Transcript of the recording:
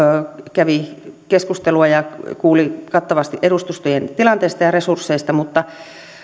kävi keskustelua ja kuuli kattavasti edustustojen tilanteesta ja resursseista mutta